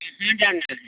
जाना है